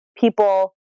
people